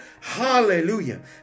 hallelujah